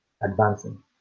advancing